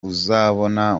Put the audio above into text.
uzabona